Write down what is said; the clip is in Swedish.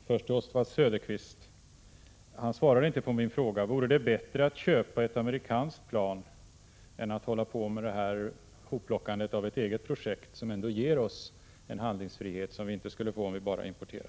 Herr talman! Jag vill börja med att säga några ord till Oswald Söderqvist. 19 november 1986 Han svarade inte på min fråga: Vore det bättre att köpa ett amerikansktplan. = mood an än att hålla på med att plocka ihop ett eget projekt, som ändå ger oss en handlingsfrihet som vi inte skulle få om vi enbart importerade?